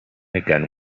again